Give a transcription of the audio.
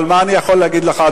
אבל מה אני יכול להגיד לך,